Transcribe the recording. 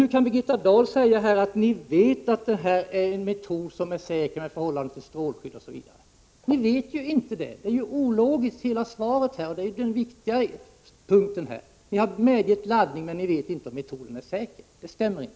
Hur kan Birgitta Dahl säga att ni vet att den aktuella metoden är säker vad avser strålskydd osv.? Ni vet ju inte det! Hela svaret är ologiskt. Detta är den viktiga punkten! Ni har medgett laddning, men ni vet inte om metoden är säker. Det stämmer inte.